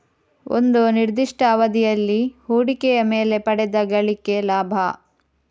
ಒಂದು ನಿರ್ದಿಷ್ಟ ಅವಧಿಯಲ್ಲಿ ಹೂಡಿಕೆಯ ಮೇಲೆ ಪಡೆದ ಗಳಿಕೆ ಲಾಭ